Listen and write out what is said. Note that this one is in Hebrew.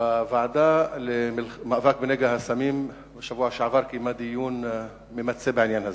הוועדה למאבק בנגע הסמים קיימה בשבוע שעבר דיון ממצה בעניין הזה,